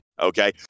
Okay